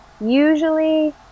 usually